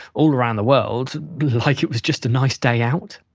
all around the world like it was just a nice day out.